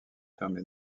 permet